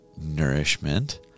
nourishment